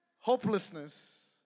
hopelessness